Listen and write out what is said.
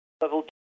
Level